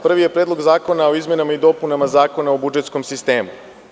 Prvi je Predlog zakona o izmenama i dopunama Zakona o budžetskom sistemu.